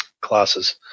classes